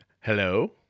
Hello